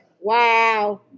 Wow